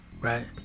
Right